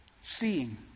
seeing